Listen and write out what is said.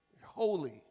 Holy